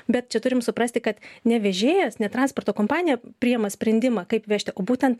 bet čia turim suprasti kad ne vežėjas ne transporto kompanija priima sprendimą kaip vežti o būtent